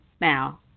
now